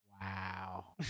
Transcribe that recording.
wow